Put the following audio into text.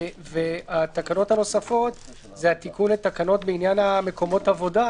התקנות הנוספות הן התיקון לתקנות בעניין מקומות העבודה.